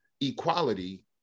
equality